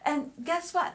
and guess what